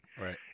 Right